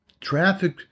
traffic